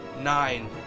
nine